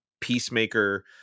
Peacemaker